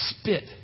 Spit